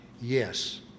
Yes